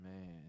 Man